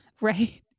Right